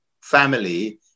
family